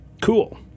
Cool